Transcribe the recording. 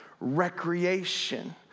recreation